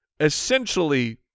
essentially